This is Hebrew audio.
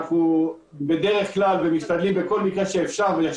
אנחנו בדרך כלל משתדלים בכל מקרה שאפשר במסגרת מה